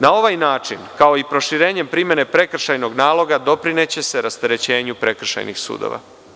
Na ovaj način, kao i proširenje primene prekršajnog naloga, doprineće se rasterećenju prekršajnih sudova.